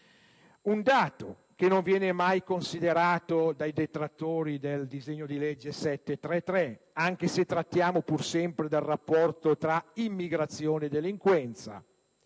un dato che non viene mai considerato dai detrattori del disegno di legge n. 733-B, anche se trattiamo pur sempre del rapporto tra immigrazione e delinquenza.